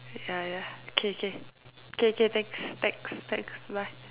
ya ya K K K K thanks thanks thanks bye